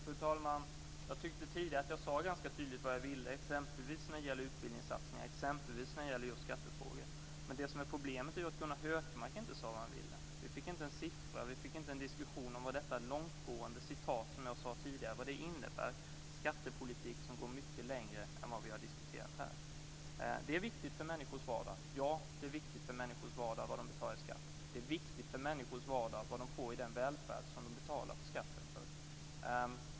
Fru talman! Jag tyckte tidigare att jag sade ganska tydligt vad jag ville exempelvis när det gäller utbildningssatsningar och just skattefrågor. Men det som är problemet är att Gunnar Hökmark inte sade vad han vill. Vi fick inte en siffra, inte en diskussion om vad detta långtgående som jag citerade tidigare innebär, en skattepolitik som går mycket längre än vad vi har diskuterat här. Det är viktigt för människors vardag. Ja, det är viktigt för människors vardag vad de betalar i skatt. Det är viktigt för människors vardag vad de får i den välfärd som de betalar skatten för att få.